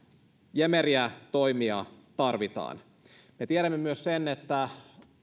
jämeriä toimia tarvitaan me tiedämme myös sen että